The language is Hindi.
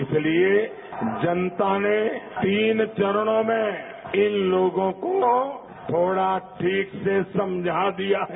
इसलिए जनता ने तीन चरणों में इन लोगों को थोड़ा ठीक से समझा दिया है